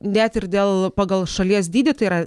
net ir dėl pagal šalies dydį tai yra